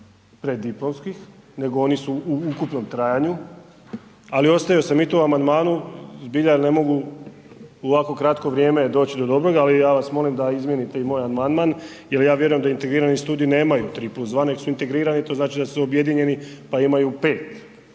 preddiplomskih nego oni su u ukupnom trajanju, ali ostavio sam i to u amandmanu jer zbilja ne mogu u ovako kratkom vremenu doći do dobroga. Ali ja vas molim da izmijenite i moj amandman jel ja vjerujem da integrirani studiji nemaju 3+2 nego su integrirani, to znači da su objedinjeni pa imaju 5,